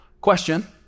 Question